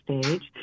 stage